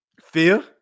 Fear